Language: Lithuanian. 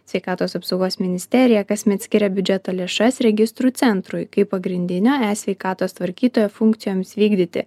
sveikatos apsaugos ministerija kasmet skiria biudžeto lėšas registrų centrui kaip pagrindinio esveikatos tvarkytojo funkcijoms vykdyti